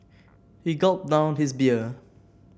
he gulped down his beer